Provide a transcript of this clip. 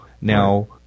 Now